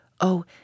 Oh